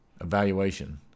Evaluation